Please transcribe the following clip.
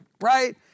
right